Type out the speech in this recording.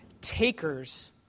takers